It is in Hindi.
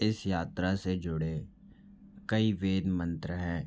इस यात्रा से जुड़े कई वेद मंत्र हैं